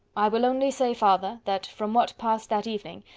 i will only say farther that from what passed that evening,